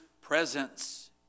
presence